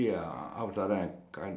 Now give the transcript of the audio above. oh you must circle the woman you know